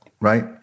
right